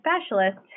specialist